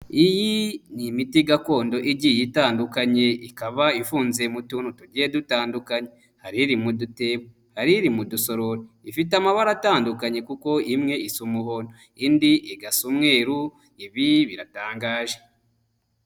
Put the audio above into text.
Iyi ni imiti gakondo igiye itandukanye, ikaba ifunze muntu tugiye dutandukanye, hari iri mu dutebo, hari iri mudusorori, ifite amabara atandukanye kuko imwe isa umuhondo indi igasa umweru, ibi biratangaje.